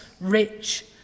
rich